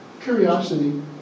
curiosity